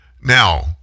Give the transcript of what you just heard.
Now